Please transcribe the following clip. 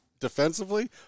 defensively